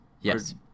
Yes